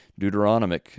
Deuteronomic